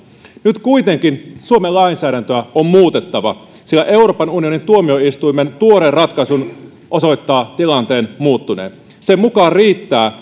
nyt kuitenkin suomen lainsäädäntöä on muutettava sillä euroopan unionin tuomioistuimen tuore ratkaisu osoittaa tilanteen muuttuneen sen mukaan riittää